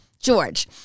George